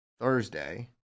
Thursday